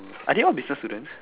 are they all business students